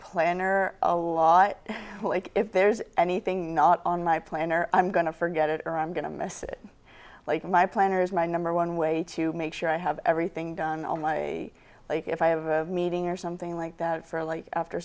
planner a lot like if there's anything not on my plan or i'm going to forget it or i'm going to miss it like my planners my number one way to make sure i have everything done on my plate if i have a meeting or something like that for like after